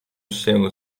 się